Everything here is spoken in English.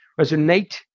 resonate